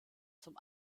zum